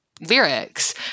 lyrics